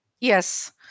Yes